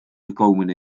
gekomen